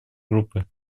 группы